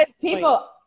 people